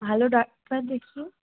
ভালো ডাক্তার দেখিও